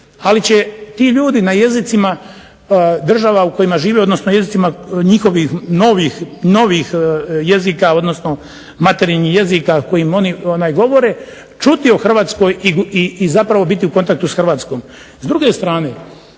ali će ti ljudi na jezicima država u kojima žive odnosno jezicima njihovih novih materinjih jezika kojim oni govore, čuti o Hrvatskoj i biti u kontaktu s Hrvatskom.